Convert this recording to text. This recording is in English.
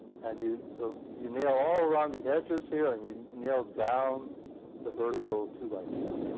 and you ah you nail all around the edges here, and you nail down the vertical two by four s.